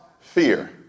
fear